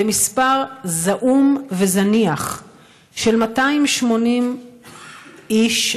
במספר זעום וזניח של 280 איש,